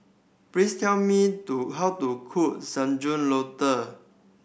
please tell me to how to cook Sayur Lodeh